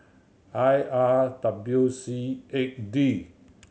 I R W C eight D